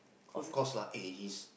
of course nothing it is